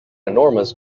enormous